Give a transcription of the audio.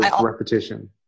repetition